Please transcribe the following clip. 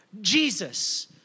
Jesus